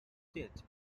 did